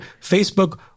Facebook